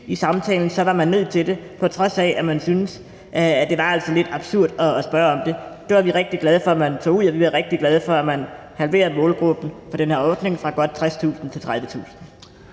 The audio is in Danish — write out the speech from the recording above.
i samtalen, var man nødt til det, på trods af at man syntes, at det altså var lidt absurd at spørge om det. Og vi var rigtig glade for, at man halverede målgruppen for den her ordning fra godt 60.000 til 30.000.